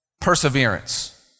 perseverance